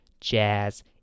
jazz